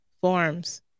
forms